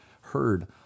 heard